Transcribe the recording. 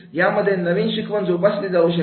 यामध्ये नवीन शिकवण जोपासली जाऊ शकते